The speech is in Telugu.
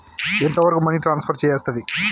ఎంత వరకు మనీ ట్రాన్స్ఫర్ చేయస్తది?